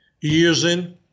using